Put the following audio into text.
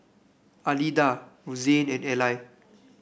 Alida Rozanne and Eli